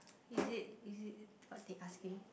is it is it what they asking